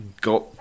got